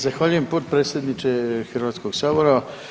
Zahvaljujem potpredsjedniče Hrvatskog sabora.